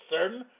certain